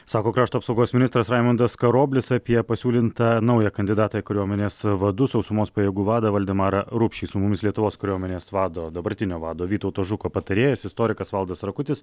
sako krašto apsaugos ministras raimundas karoblis apie pasiūlintą naują kandidatą į kariuomenės vadu sausumos pajėgų vadą valdemarą rupšį su mumis lietuvos kariuomenės vado dabartinio vado vytauto žuko patarėjas istorikas valdas rakutis